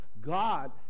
God